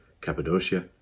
Cappadocia